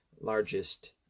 largest